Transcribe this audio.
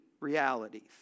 realities